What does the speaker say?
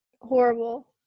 horrible